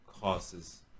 causes